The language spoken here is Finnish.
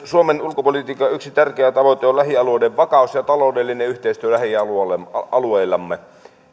suomen ulkopolitiikan yksi tärkeä tavoite on lähialueiden vakaus ja taloudellinen yhteistyö lähialueillamme lähialueillamme